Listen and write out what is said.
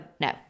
No